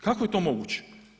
Kako je to moguće?